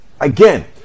again